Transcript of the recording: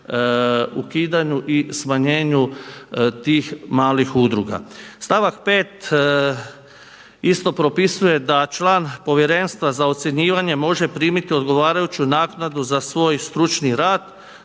ukidanju i smanjenju tih malih udruga. Stavak 5. isto propisuje da član Povjerenstva za ocjenjivanje može primiti odgovarajuću naknadu za svoj stručni rad